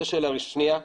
זו שאלה ראשונה.